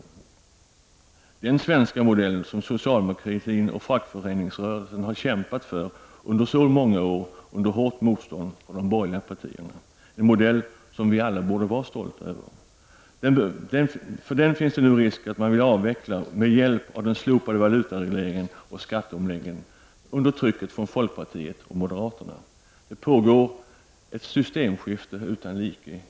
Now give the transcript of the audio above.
Det gäller då den svenska modell som socialdemokraterna och fackföreningsrörelsen har kämpat för under många år och under hårt motstånd från de borgerliga partierna — en modell som man borde vara stolt över. Nu finns risken att man börjar avveckla denna med hjälp av den slopade valutaregleringen och skatteomläggningen, under trycket från folkpartiet och moderaterna. I all tysthet pågår det ett systemskifte utan like.